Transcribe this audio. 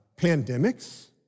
pandemics